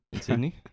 Sydney